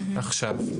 עכשיו,